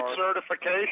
certification